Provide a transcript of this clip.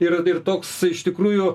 ir ir toks iš tikrųjų